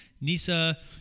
Nisa